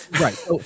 right